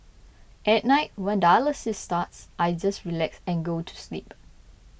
at night when dialysis starts I just relax and go to sleep